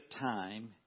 time